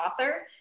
author